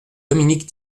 dominique